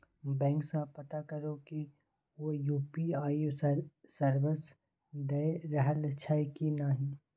bank सँ पता करु कि ओ यु.पी.आइ सर्विस दए रहल छै कि नहि